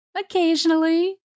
occasionally